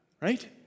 Right